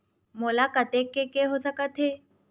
मोला कतेक के के हो सकत हे?